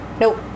nope